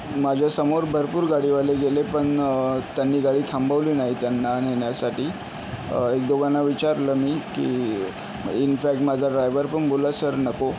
माझ्यासमोर भरपूर गाडीवाले गेले पण त्यांनी गाडी थांबवली नाही त्यांना नेण्यासाठी एक दोघांना विचारलं मी की इनफॅक्ट माझा ड्रायवर पण बोलला सर नको